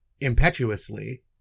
impetuously